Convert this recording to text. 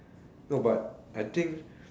no but I think